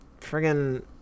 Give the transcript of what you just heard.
friggin